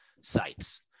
sites